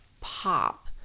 pop